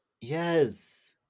yes